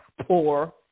poor